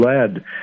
led